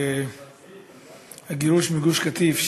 שהגירוש מגוש-קטיף,